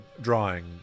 drawing